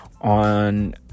on